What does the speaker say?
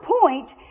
point